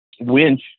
winch